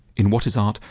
in what is art,